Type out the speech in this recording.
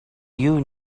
you